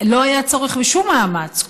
לא היה צורך בשום מאמץ,